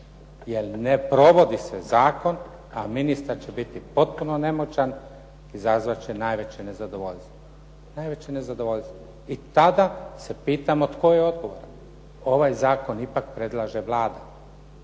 jer ne provodi se zakon, a ministar će biti potpuno nemoćan, izazvat će najveće nezadovoljstvo. I tada se pitamo tko je odgovoran. Ovaj zakon ipak predlaže Vlada,